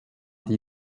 die